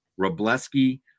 Robleski